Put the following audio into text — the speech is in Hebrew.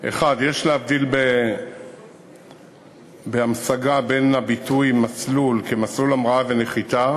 1. יש להבדיל בהמשגה בין הביטוי מסלול כמסלול המראה ונחיתה,